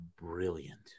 brilliant